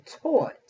taught